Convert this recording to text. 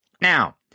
Now